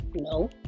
No